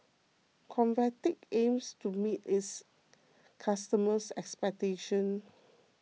Convatec aims to meet its customers' expectations